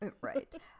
Right